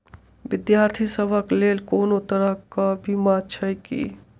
विद्यार्थी सभक लेल कोनो तरह कऽ बीमा छई की?